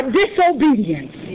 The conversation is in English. disobedience